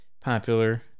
popular